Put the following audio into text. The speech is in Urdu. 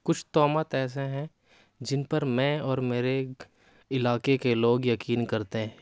کچھ تہمت ایسے ہیں جن پر میں اور میرے علاقے کے لوگ یقین کرتے ہیں